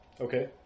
Okay